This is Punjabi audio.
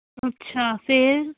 ਅੱਛਾ ਫੇਰ